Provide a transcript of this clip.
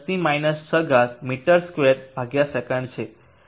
55x10 6 મી2 second છે